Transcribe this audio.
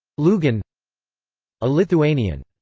lugan a lithuanian.